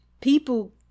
people